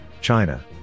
China